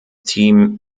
team